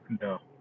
No